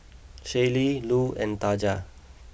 Shaylee Lu and Taja